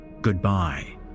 Goodbye